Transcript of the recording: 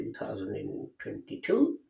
2022